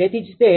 તેથી જ તે